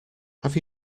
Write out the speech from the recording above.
have